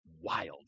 wild